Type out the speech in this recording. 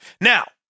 Now